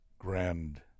grand